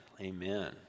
Amen